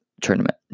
tournament